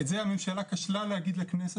את זה הממשלה כשלה להגיד לכנסת,